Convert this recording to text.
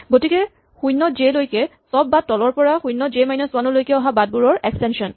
গতিকে ০ জে লৈকে চব বাট তলৰ পৰা ০ জে ৱান লৈকে অহা বাটবোৰৰ এক্সটেনচন